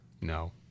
No